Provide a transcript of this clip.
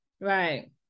Right